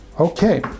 Okay